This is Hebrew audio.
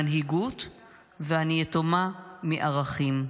אני יתומה ממנהיגות ואני יתומה מערכים.